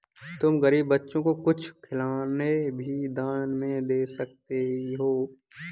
तुम गरीब बच्चों को कुछ खिलौने भी दान में दे सकती हो